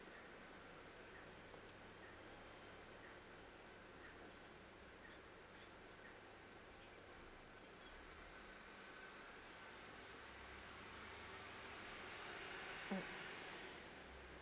mm